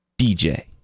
DJ